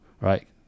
right